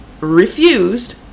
refused